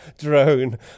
drone